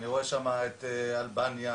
אני רואה את אלבניה,